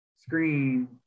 screen